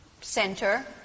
center